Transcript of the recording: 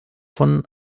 von